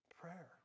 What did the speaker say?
prayer